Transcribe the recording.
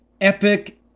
epic